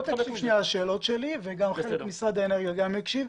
תקשיב לשאלות שלי וגם משרד האנרגיה יקשיב.